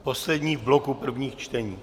Poslední v bloku prvních čtení.